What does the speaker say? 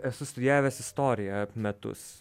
esu studijavęs istoriją metus